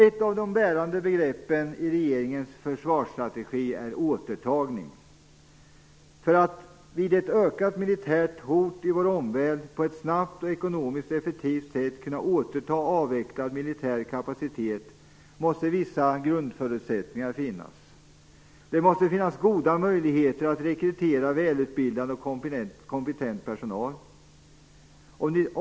Ett av de bärande begreppen i regeringens försvarsstrategi är återtagning. För att vid ett ökat militärt hot i vår omvärld på ett snabbt och ekonomiskt effektivt sätt kunna återta avvecklad militär kapacitet måste vissa grundförutsättningar finnas. Det måste finnas goda möjligheter att rekrytera välutbildad och kompetent personal.